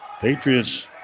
Patriots